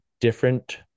different